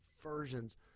versions